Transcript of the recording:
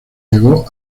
llegó